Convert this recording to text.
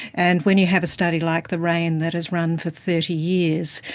and when you have a study like the raine that has run for thirty years,